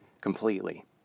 completely